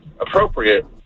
appropriate